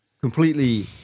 completely